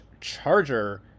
Charger